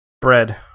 bread